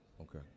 Okay